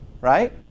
right